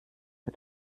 mir